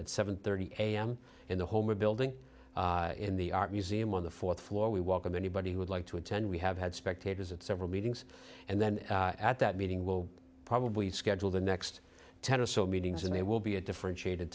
at seven thirty am in the home or building in the art museum on the fourth floor we welcome anybody who would like to attend we have had spectators at several meetings and then at that meeting will probably schedule the next ten or so meetings and it will be a different